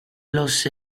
los